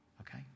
Okay